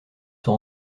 sont